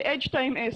H2S,